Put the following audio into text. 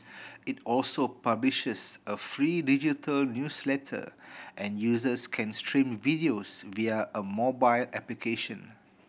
it also publishes a free digital newsletter and users can stream videos via a mobile application